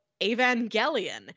Evangelion